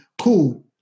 Cool